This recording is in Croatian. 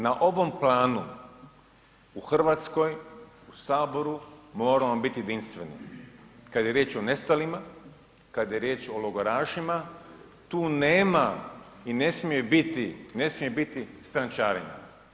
Na ovom planu u Hrvatskoj u Saboru moramo biti jedinstveni, kada je riječ o nestalima, kada je riječ o logorašima tu nema i ne smije biti strančarenja.